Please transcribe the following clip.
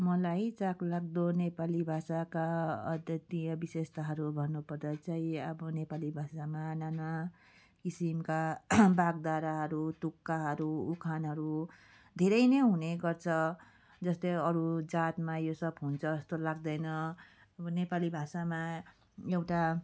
मलाई चाखलाग्दो नेपाली भाषाका अदतिय विशेषताहरू भन्नु पर्दा चाहिँ अब नेपाली भाषामा नाना किसिमका बाग्धाराहरू टुक्काहरू उखानहरू धेरै नै हुने गर्छ जस्तै अरू जातमा यो सब हुन्छ जस्तो लाग्दैन अब नेपाली भाषामा एउटा